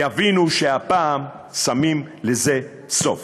יבינו שהפעם שמים לזה סוף.